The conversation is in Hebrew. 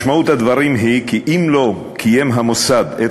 משמעות הדברים היא כי אם לא קיים המוסד את